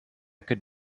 could